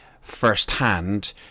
firsthand